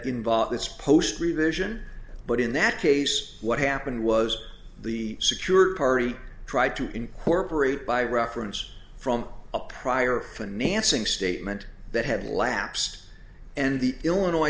involved this post revision but in that case what happened was the secured party tried to incorporate by reference from a prior financing statement that had lapsed and the illinois